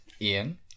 Ian